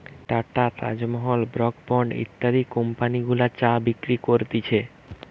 tata, Taj Mahal, Brooke Bond ইত্যাদি company গুলা চা বিক্রি করতিছে